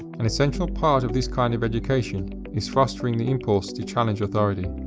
an essential part of this kind of education is fostering the impulse to challenge authority,